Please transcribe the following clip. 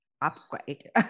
upgrade